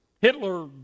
Hitler